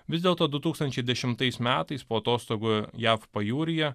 vis dėlto du tūkstančiai dešimtais metais po atostogų jav pajūryje